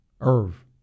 Irv